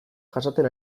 jasaten